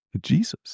Jesus